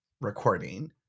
recording